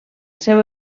seu